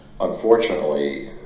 unfortunately